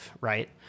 right